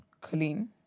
Colleen